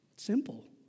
simple